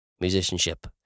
musicianship